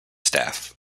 staff